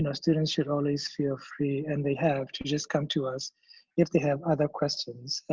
and students should always feel free and they have, to just come to us if they have other questions.